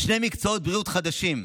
שני מקצועות בריאות חדשים,